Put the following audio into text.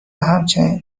همچنین